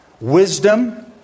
wisdom